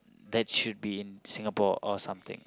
that should be in Singapore or something